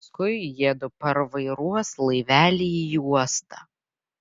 paskui jiedu parvairuos laivelį į uostą